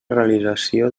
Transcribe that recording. realització